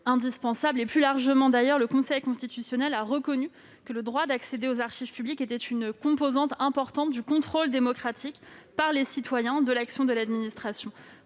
Plus largement, le Conseil constitutionnel a reconnu que le droit d'accéder aux archives publiques était une composante importante du contrôle démocratique, par les citoyens, de l'action de l'administration.